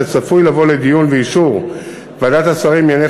וצפוי לבוא לדיון ואישור בוועדת השרים לענייני